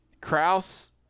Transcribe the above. kraus